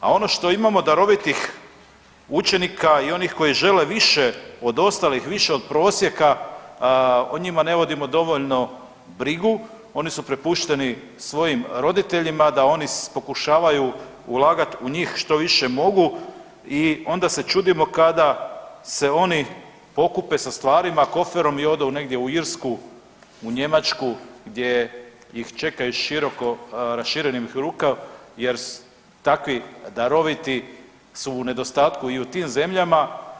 A ono što imamo darovitih učenika i onih koji žele više od ostalih, više od prosjeka, o njima ne vodimo dovoljno brigu, oni su prepušteni svojim roditeljima da oni pokušavaju ulagat u njih što više mogu i onda se čudimo kada se oni pokupe sa stvarima koferom i odu negdje u Irsku, u Njemačku gdje ih čekaju široko raširenih ruku jer takvi daroviti su u nedostatku i u tim zemljama.